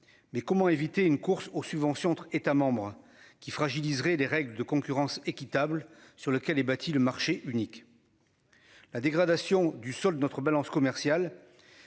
Mais comment éviter une course aux subventions entre États membres qui fragiliserait les règles de concurrence équitable sur lequel est bâti le marché unique. La dégradation du solde notre balance commerciale.